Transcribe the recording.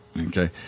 okay